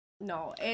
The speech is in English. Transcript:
No